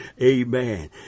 amen